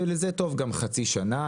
ולזה טוב גם חצי שנה,